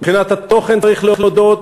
מבחינת התוכן, צריך להודות,